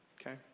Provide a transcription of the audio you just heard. Okay